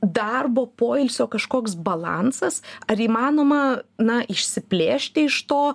darbo poilsio kažkoks balansas ar įmanoma na išsiplėšti iš to